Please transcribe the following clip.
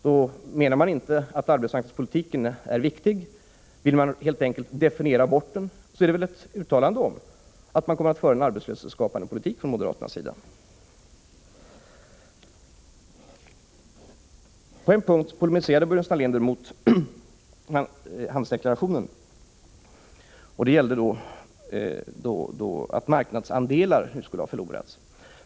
Vill man helt enkelt definiera bort arbetsmarknadspolitiken, är väl det ett uttalande om att moderaterna kommer att föra en arbetslöshetsskapande politik. På en punkt polemiserade herr Burenstam Linder mot handelsdeklarationen, och det gällde att marknadsandelar skulle ha förlorats.